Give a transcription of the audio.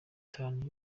atanu